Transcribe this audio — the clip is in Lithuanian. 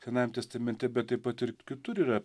senajam testamente bet taip pat ir kitur yra